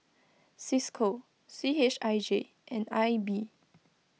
Cisco C H I J and I B